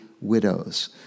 widows